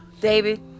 David